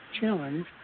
challenge